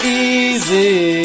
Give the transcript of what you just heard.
easy